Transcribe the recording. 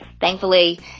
thankfully